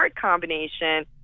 combination